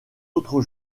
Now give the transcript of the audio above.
autres